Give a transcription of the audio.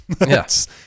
Yes